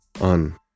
on